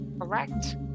correct